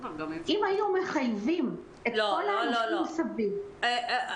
אם היו מחייבים את כל האנשים סביב --- לא, לא.